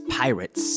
pirates